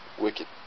wicked